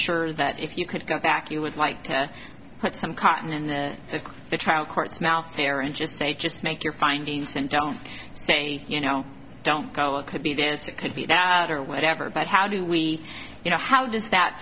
sure that if you could go back you would like to put some cotton in the the trial court's mouth fair and just say just make your findings and don't say you know don't go it could be this is it could be that or whatever but how do we you know how does that